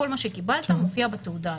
כל מה שקיבלת מופיע בתעודה הזאת.